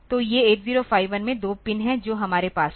तो ये 8051 में दो पिन हैं जो हमारे पास हैं